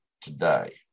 today